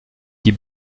die